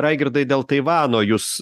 raigirdai dėl taivano jus